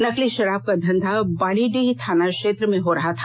नकली शराब का धंधा बालीडीह थाना क्षेत्र में हो रहा था